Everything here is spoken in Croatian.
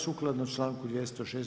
Sukladno članku 206.